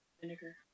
vinegar